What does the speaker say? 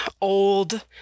old